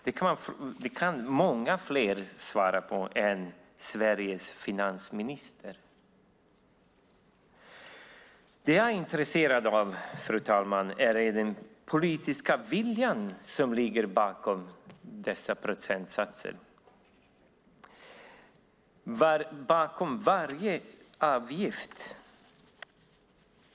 Det kan många fler svara på än Sveriges finansminister. Det jag är intresserad av, fru talman, är den politiska vilja som ligger bakom dessa procentsatser.